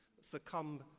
succumb